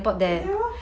ya lor